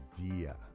idea